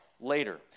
later